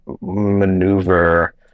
maneuver